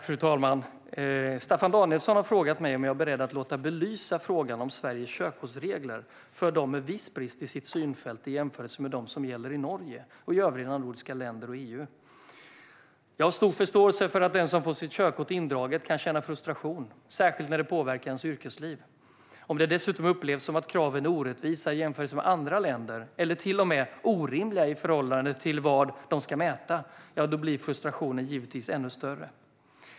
Fru talman! Staffan Danielsson har frågat mig om jag är beredd att låta belysa frågan om Sveriges körkortsregler för dem med viss brist i sitt synfält i jämförelse med dem som gäller i Norge och i övriga nordiska länder och EU-länder. Jag har stor förståelse för att den som får sitt körkort indraget kan känna frustration, särskilt när det påverkar ens yrkesliv. Om det dessutom upplevs som att kraven är orättvisa i jämförelse med andra länder, eller till och med orimliga i förhållande till vad de ska mäta, blir frustrationen givetvis ännu större.